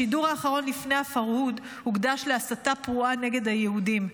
השידור האחרון לפני הפרהוד הוקדש להסתה פרועה נגד היהודים.